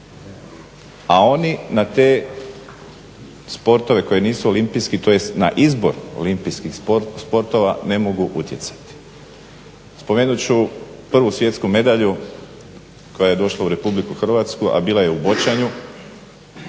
A oni na te sportove koji nisu olimpijski tj. na izbor olimpijskih sportova ne mogu utjecati. Spomenuti ću prvu svjetsku medalju koja je došla u Republiku Hrvatsku a bila je u boćanju